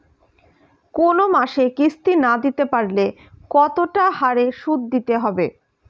কোন মাসে কিস্তি না দিতে পারলে কতটা বাড়ে সুদ দিতে হবে?